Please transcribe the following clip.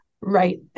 Right